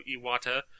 Iwata